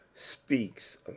speaks